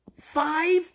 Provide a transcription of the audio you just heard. five